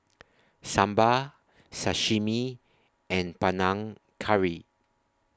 Sambar Sashimi and Panang Curry